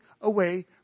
away